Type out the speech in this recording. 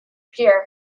pure